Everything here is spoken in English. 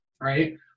right